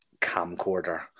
camcorder